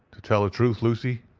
to tell the truth, lucy,